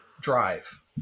drive